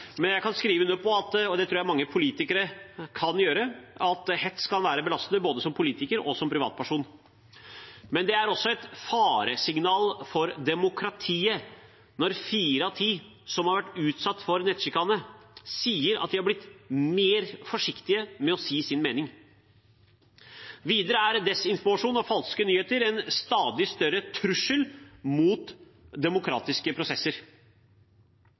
men jeg kan skrive under på – og det tror jeg mange politikere kan – at hets kan være belastende både som politiker og som privatperson. Men det er også et faresignal for demokratiet når fire av ti som har vært utsatt for nettsjikane, sier at de er blitt mer forsiktige med å si sin mening. Videre er desinformasjon og falske nyheter en stadig større trussel mot demokratiske prosesser.